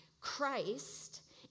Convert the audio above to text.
Christ